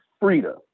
Frida